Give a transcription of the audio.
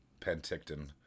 Penticton